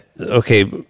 okay